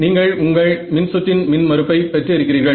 நீங்கள் உங்கள் மின்சுற்றின் மின் மறுப்பை பெற்று இருக்கிறீர்கள்